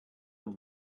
have